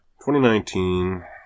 2019